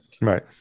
Right